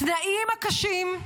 התנאים הקשים,